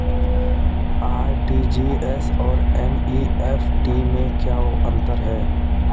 RTGS और NEFT में क्या अंतर है?